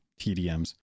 TDMs